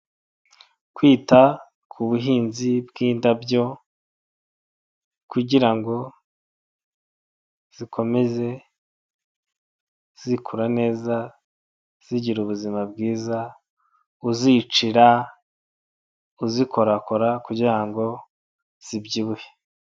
Kwita k'ubuhinzi bw'indabyo kugirango zikomeze zikura neza, zigira ubuzima bwiza, uzicira uzikorakora, kugira ngo zibyibuhe.